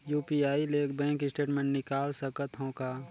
UPI ले bank statement निकाल सकत हवं का?